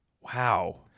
Wow